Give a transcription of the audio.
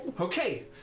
okay